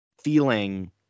feeling